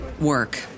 work